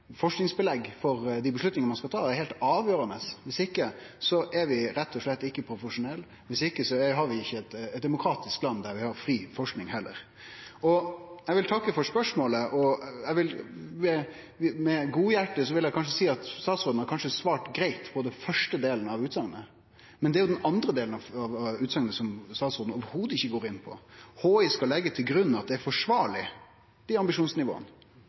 forskingsbelegg for dei avgjerdene ein skal ta, er heilt avgjerande. Viss ikkje er vi rett og slett ikkje profesjonelle. Viss ikkje har vi heller ikkje eit demokratisk land der vi har fri forsking. Eg vil takke for svaret på spørsmålet, og med godhjertet vil eg seie at statsråden har kanskje svart greitt på den første delen av utsegna, men det er den andre delen av utsegna statsråden i det heile ikkje går inn på: «HI skal legge til grunn at det er forsvarlig». Det er ambisjonsnivået, og da må dei